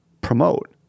promote